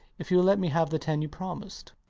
if youll let me have the ten you promised.